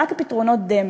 רק פתרונות דמה,